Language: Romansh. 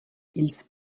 ils